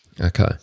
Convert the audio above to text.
Okay